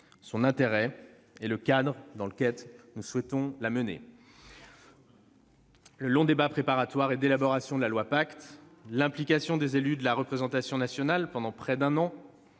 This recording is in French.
son intérêt et le cadre dans lequel nous souhaitons la mener. Ça ne fonctionne pas ! Le long débat préparatoire et d'élaboration de la loi Pacte, l'implication des élus de la représentation nationale pendant près d'un an,